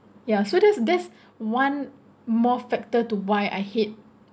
ya so that's that's one more factor to why I hate